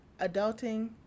Adulting